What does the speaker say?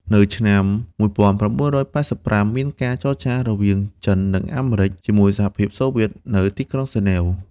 នៅឆ្នាំ ១៩៨៥ មានការចរចារវាង ចិន និងអាមេរិច ជាមួយសហភាពសូវៀត នៅទីក្រុងហ្សឺណែវ។